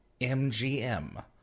MGM